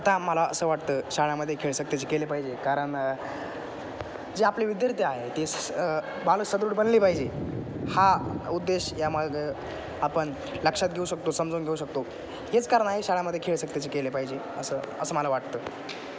आता मला असं वाटतं शाळेमध्ये खेळ सक्तीचे केले पाहिजे कारण जे आपले विदयार्थी आहे ते स बाल सदृढ बनली पाहिजे हा उद्देश या माग आपण लक्षात घेऊ शकतो समजवून घेऊ शकतो हेच कारणआहे शाळेमध्ये खेळ सक्तीचे केले पाहिजे असं असं मला वाटतं